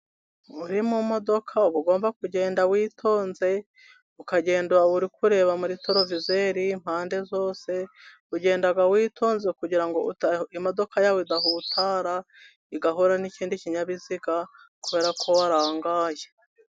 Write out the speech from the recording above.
Iyo uri mu modoka uba ugomba kugenda witonze, ukagenda uri kureba muri torovizeri impande zose, ugenda witonze kugira ngo imodoka yawe idahutara, igahura n'ikindi kinyabiziga, kubera ko warangaye.